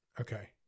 Okay